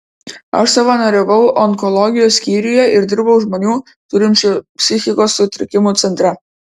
aš savanoriavau onkologijos skyriuje ir dirbau žmonių turinčių psichikos sutrikimų centre